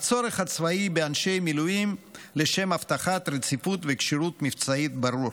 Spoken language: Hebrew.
הצורך הצבאי באנשי מילואים לשם הבטחת רציפות וכשירות מבצעית ברור,